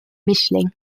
mischling